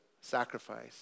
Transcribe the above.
sacrifice